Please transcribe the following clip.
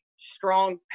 strong